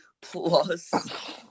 plus